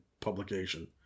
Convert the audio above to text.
publication